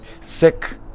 Sick